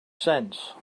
sense